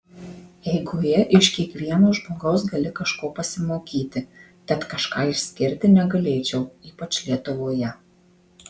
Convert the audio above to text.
eigoje iš kiekvieno žmogaus gali kažko pasimokyti tad kažką išskirti negalėčiau ypač lietuvoje